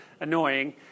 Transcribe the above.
annoying